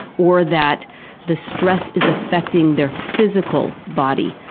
or that the stress is affecting their physical body,